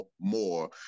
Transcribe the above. more